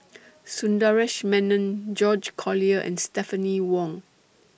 Sundaresh Menon George Collyer and Stephanie Wong